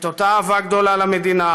את אותה אהבה גדולה למדינה,